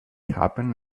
happen